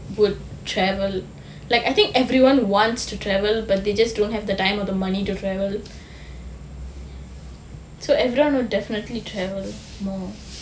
will travel like I think everyone wants to travel but they just don't have the time or the money to travel so everyone would definitely travel more